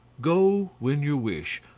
go when you wish,